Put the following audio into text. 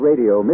Radio